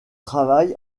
travail